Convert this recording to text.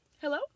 Hello